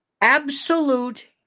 absolute